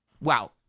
Wow